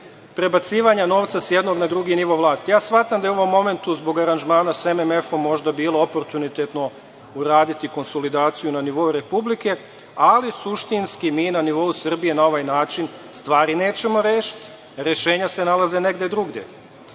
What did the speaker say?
prebacivanja novca s jednog na drugi nivo vlasti. Ja shvatam da je u ovom momentu, zbog aranžmana sa MMF-om, možda bilo oportunitetno uraditi konsolidaciju na nivou Republike, ali, suštinski, mi na nivou Srbije na ovaj način stvari nećemo rešiti. Rešenja se nalaze negde drugde. Još